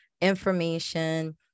information